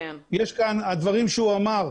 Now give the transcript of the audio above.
הדברים שהוא אמר,